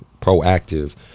proactive